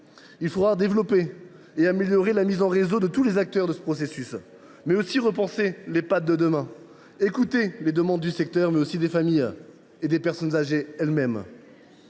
Il faudra développer et améliorer la mise en réseau de tous les acteurs de ce processus. Nous devons aussi penser l’Ehpad de demain et écouter les demandes du secteur, mais aussi des familles et des personnes âgées elles mêmes.